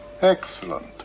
Excellent